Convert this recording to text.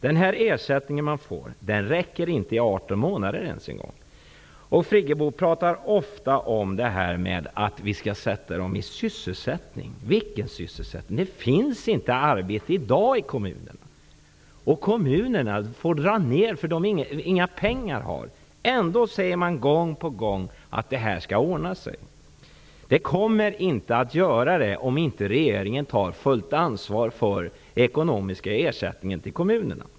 Den ersättning man får räcker inte i 18 månader ens. Birgit Friggebo talar ofta om att vi skall sätta de här människorna i sysselsättning. Men vilken sysselsättning avses då? Det finns ju inte några arbeten i dag ute i kommunerna. Kommunerna får dra ner, därför att de inte har några pengar. Ändå säger man gång på gång att det här skall ordna sig. Men det gör det inte om regeringen inte tar fullt ansvar för den ekonomiska ersättningen till kommunerna.